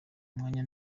umwanya